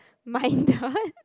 my god